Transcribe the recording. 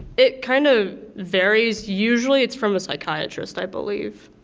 it kind of varies, usually it's from a psychiatrist i believe.